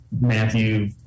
Matthew